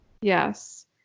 Yes